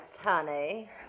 honey